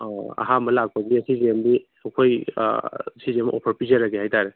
ꯑꯧ ꯑꯍꯥꯟꯕ ꯂꯥꯛꯄꯒꯤ ꯁꯤꯁꯤ ꯑꯝꯗꯤ ꯑꯩꯈꯣꯏ ꯑꯥ ꯁꯤꯁꯤ ꯑꯃ ꯑꯣꯐꯔ ꯄꯤꯖꯔꯒꯦ ꯍꯥꯏꯇꯔꯦ